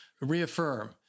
reaffirm